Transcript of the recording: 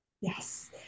Yes